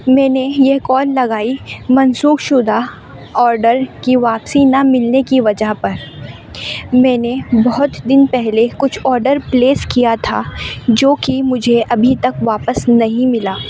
میں نے یہ کال لگائی منسوخ شدہ آرڈر کی واپسی نہ ملنے کی وجہ پر میں نے بہت دن پہلے کچھ آڈر پلیس کیا تھا جو کہ مجھے ابھی تک واپس نہیں ملا